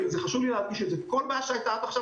חשוב לי להדגיש את זה: כל בעיה שהייתה עד עכשיו,